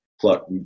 pluck